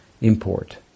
import